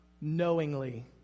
knowingly